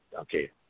Okay